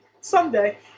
Someday